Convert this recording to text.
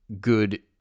good